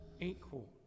equal